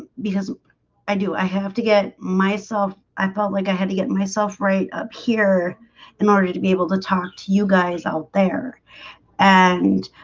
because i do i have to get myself i felt like i had to get myself right up here in order to be able to talk to you guys out there and